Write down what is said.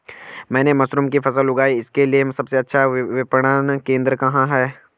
मैंने मशरूम की फसल उगाई इसके लिये सबसे अच्छा विपणन केंद्र कहाँ है?